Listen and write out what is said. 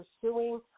pursuing